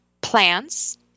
plants